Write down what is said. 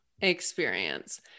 experience